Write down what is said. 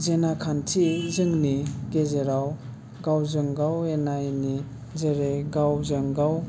गेना खान्थि जोंनि गेजेराव गावजों गाव गाव एना एनि जेरै गावजों गाव